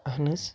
اہن حظ